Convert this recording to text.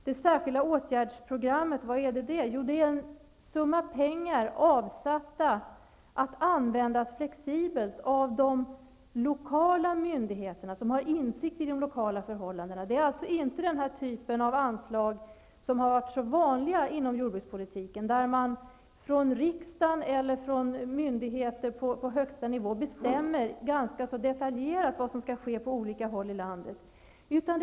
Detta program är en summa pengar avsatta för att användas flexibelt av de lokala myndigheterna, som har insikt i de lokala förhållandena. Det är alltså inte den typen av anslag som varit så vanlig inom jordbrukspolitiken, där riksdagen eller myndigheter på högsta nivå bestämmer ganska detaljerat vad som skall ske på olika håll i landet.